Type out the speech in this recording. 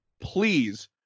Please